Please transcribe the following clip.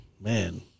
Man